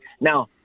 Now